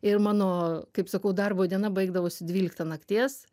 ir mano kaip sakau darbo diena baigdavosi dvyliktą nakties